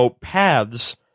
paths